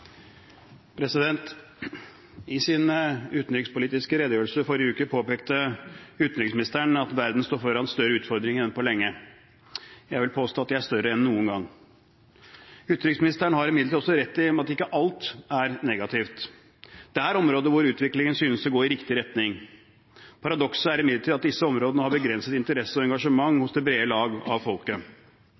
I sin utenrikspolitiske redegjørelse forrige uke påpekte utenriksministeren at verden står foran større utfordringer enn på lenge. Jeg vil påstå at de er større enn noen gang. Utenriksministeren har imidlertid også rett i at ikke alt er negativt. Det er områder hvor utviklingen synes å gå i riktig retning. Paradokset er imidlertid at disse områdene har begrenset interesse og engasjement hos det brede lag av folket.